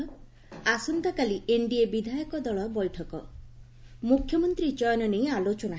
ଆସନ୍ତାକାଲି ଏନ୍ଡିଏ ବିଧାୟକ ଦଳ ବୈଠକ ମୁଖ୍ୟମନ୍ତ୍ରୀ ଚୟନ ନେଇ ଆଲୋଚନା ହେବ